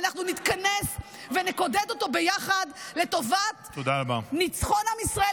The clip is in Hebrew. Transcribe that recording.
אנחנו נתכנס ונקודד אותו ביחד לטובת ניצחון עם ישראל